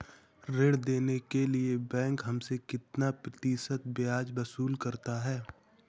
ऋण देने के लिए बैंक हमसे कितना प्रतिशत ब्याज वसूल करता है?